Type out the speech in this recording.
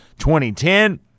2010